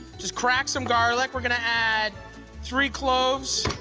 just crack some garlic. we're gonna add three cloves.